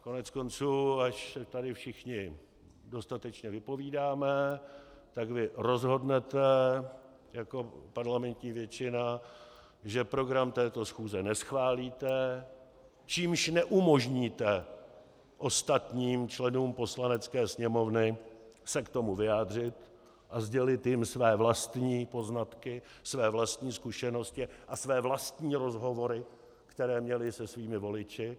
Koneckonců, až se tady všichni dostatečně vypovídáme, tak vy rozhodnete jako parlamentní většina, že program této schůze neschválíte, čímž neumožníte ostatním členům Poslanecké sněmovny se k tomu vyjádřit a sdělit jim své vlastní poznatky, své vlastní zkušenosti a své vlastní rozhovory, které měli se svými voliči.